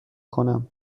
کنم